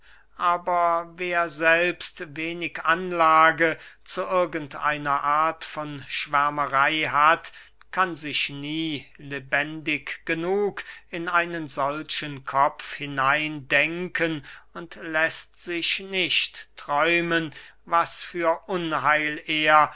aber wer selbst wenig anlage zu irgend einer art von schwärmerey hat kann sich nie lebendig genug in einen solchen kopf hineindenken und läßt sich nicht träumen was für unheil er